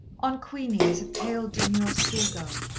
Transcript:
on queenie as a pale, demure schoolgirl,